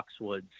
Foxwoods